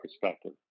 perspective